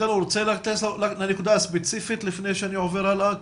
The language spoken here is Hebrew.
רוצה להתייחס לנקודה הספציפית לפני שאני עובר הלאה?